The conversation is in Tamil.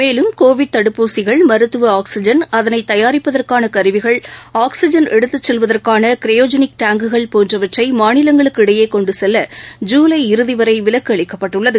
மேலும் கோவிட் தடுப்பூசிகள் மருத்துவ ஆக்ஸிஜன் அதனை தயாரிப்பதற்கான கருவிகள் ஆக்ஸிஜன் எடுத்துச் செல்வதற்கான க்ரையோஜெனிக் டேங்குகள் போன்றவற்றை மாநிலங்களுக்கு இடையே கொண்டு செல்ல ஜூலை இறுதிவரை விலக்கு அளிக்கப்பட்டுள்ளது